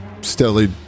steadily